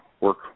work